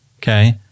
okay